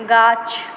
গাছ